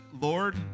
Lord